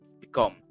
become